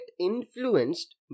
influenced